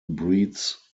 breeds